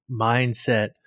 mindset